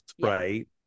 right